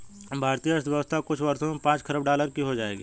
भारतीय अर्थव्यवस्था कुछ वर्षों में पांच खरब डॉलर की हो जाएगी